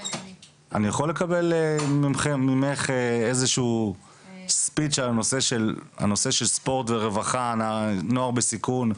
אני יכול לקבל ממך עמדה על הנושא של ספורט ורווחה לנוער בסיכון?